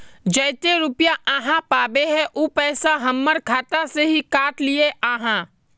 जयते रुपया आहाँ पाबे है उ पैसा हमर खाता से हि काट लिये आहाँ?